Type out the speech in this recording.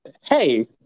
Hey